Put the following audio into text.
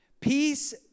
Peace